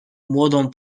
młodą